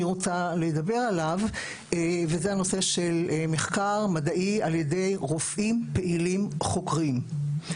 רוצה לדבר והוא מחקר מדעי ע"י רופאים פעילים חוקרים.